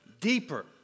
deeper